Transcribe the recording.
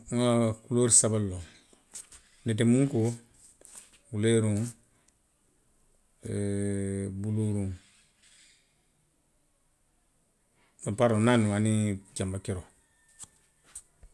Nŋa kuloori saba le loŋ, netemunkoo. wuleeriŋo. e buluuriŋo, paridoŋ, naani low, aniŋ janbakeroo